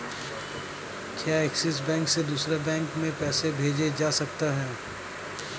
क्या Axis bank से दूसरे बैंक में पैसे भेजे जा सकता हैं?